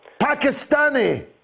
pakistani